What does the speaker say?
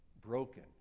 broken